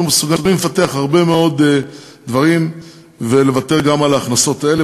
אנחנו מסוגלים לפתח הרבה מאוד דברים ולוותר על ההכנסות האלה.